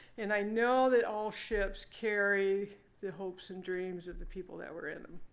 and i know that all ships carry the hopes and dreams of the people that were in them.